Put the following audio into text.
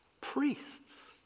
priests